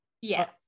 Yes